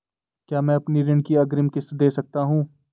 क्या मैं अपनी ऋण की अग्रिम किश्त दें सकता हूँ?